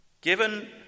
Given